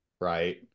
right